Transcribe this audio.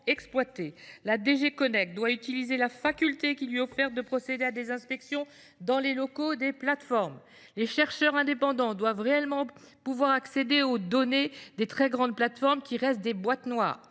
la DG Connect, doit utiliser la faculté qui lui est offerte de procéder à des inspections dans les locaux des plateformes. De même, les chercheurs indépendants doivent réellement pouvoir accéder aux données des très grandes plateformes, qui restent des boîtes noires.